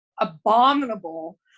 abominable